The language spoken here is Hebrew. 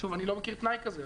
אני לא מכיר תנאי כזה,